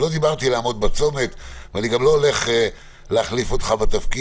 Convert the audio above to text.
אבל לא דיברתי על לעמוד בצומת ואני גם לא הולך להחליף אותך בתפקיד,